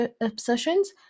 obsessions